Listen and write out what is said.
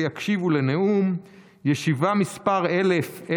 ויקשיבו לנאום / (ישיבה מספר-אלף-ואלף-ושבע)